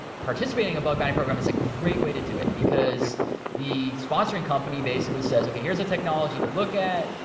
participating in a bug bounty program is a great way to do it, because the sponsoring company basically says, okay, here's a technology to look at.